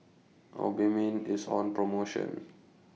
Obimin IS on promotion